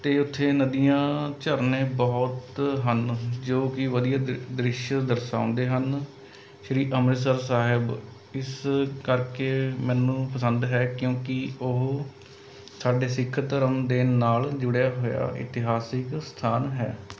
ਅਤੇ ਉੱਥੇ ਨਦੀਆਂ ਝਰਨੇ ਬਹੁਤ ਹਨ ਜੋ ਕਿ ਵਧੀਆ ਦ ਦ੍ਰਿਸ਼ ਦਰਸਾਉਂਦੇ ਹਨ ਸ਼੍ਰੀ ਅੰਮ੍ਰਿਤਸਰ ਸਾਹਿਬ ਇਸ ਕਰਕੇ ਮੈਨੂੰ ਪਸੰਦ ਹੈ ਕਿਉਂਕਿ ਉਹ ਸਾਡੇ ਸਿੱਖ ਧਰਮ ਦੇ ਨਾਲ਼ ਜੁੜਿਆ ਹੋਇਆ ਇਤਿਹਾਸਿਕ ਅਸਥਾਨ ਹੈ